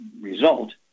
result